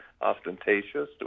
ostentatious